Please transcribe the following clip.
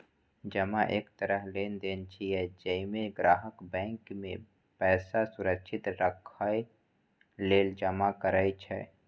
जमा एक तरह लेनदेन छियै, जइमे ग्राहक बैंक मे पैसा सुरक्षित राखै लेल जमा करै छै